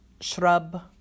shrub